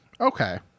okay